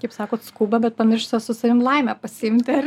kaip sakot skuba bet pamiršta su savim laimę pasiimti ar